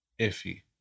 iffy